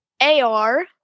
AR